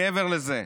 מעבר לזה,